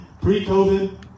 pre-COVID